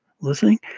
listening